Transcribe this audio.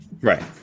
Right